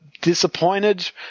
disappointed